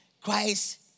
Christ